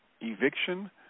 eviction